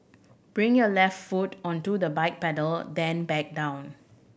bring your left foot onto the bike pedal then back down